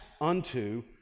unto